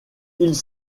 ils